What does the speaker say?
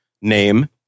name